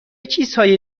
چیزهای